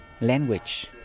language